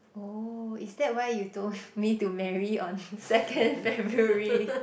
oh is that why you told me to marry on second February